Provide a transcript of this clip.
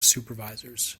supervisors